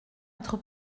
être